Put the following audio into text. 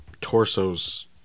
torsos